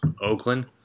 Oakland